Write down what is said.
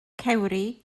cewri